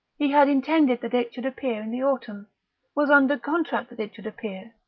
he had intended that it should appear in the autumn was under contract that it should appear